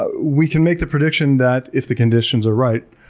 ah we can make the prediction that if the conditions are right,